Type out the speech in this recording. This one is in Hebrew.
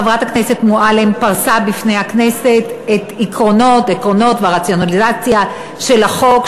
חברת הכנסת מועלם פרסה בפני הכנסת את העקרונות והרציונליזציה של החוק,